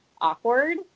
awkward